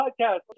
podcast